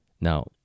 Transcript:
Now